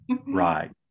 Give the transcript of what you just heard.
right